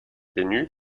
tenu